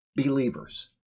Believers